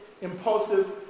impulsive